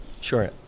Sure